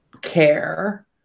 care